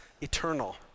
eternal